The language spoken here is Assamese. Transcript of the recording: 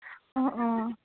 অঁ অঁ